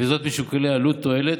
וזאת משיקולי עלות תועלת.